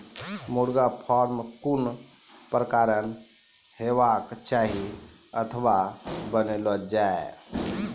मुर्गा फार्म कून प्रकारक हेवाक चाही अथवा बनेल जाये?